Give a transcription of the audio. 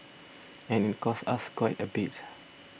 and it costs us quite a bit